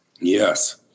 Yes